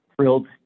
thrilled